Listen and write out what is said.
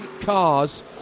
cars